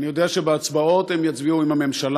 אני יודע שבהצבעות הם יצביעו עם הממשלה,